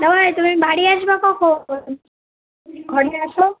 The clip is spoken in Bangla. দাদাভাই তুমি বাড়ি আসবা কখন ঘরে আসো